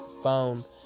found